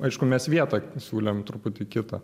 aišku mes vietą siūlėm truputį kitą